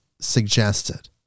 suggested